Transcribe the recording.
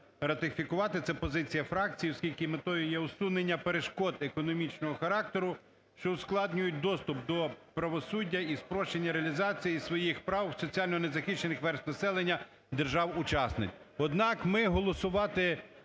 ратифікувати. Це позиція фракції, оскільки метою є усунення перешкод економічного характеру, що ускладнюють доступ до правосуддя і спрощення реалізації своїх прав соціально незахищених верств населення держав-учасниць. Однак ми голосувати,